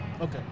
Okay